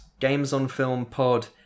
GamesOnFilmPod